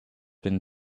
been